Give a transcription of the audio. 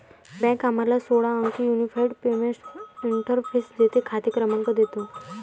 bank आम्हाला सोळा अंकी युनिफाइड पेमेंट्स इंटरफेस देते, खाते क्रमांक देतो